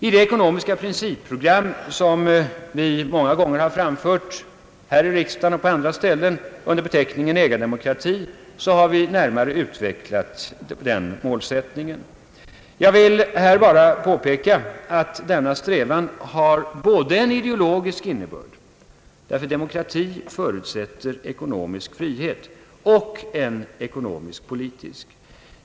I det ekonomiska principprogram som vi många gånger har framfört här i riksdagen och på andra ställen under beteckningen ägardemokrati har vi närmare utvecklat denna målsättning. Jag vill här bara peka på att denna strävan har både en ideologisk innebörd — demokrati förutsätter ekonomisk frihet — och en ekonomisk-politisk.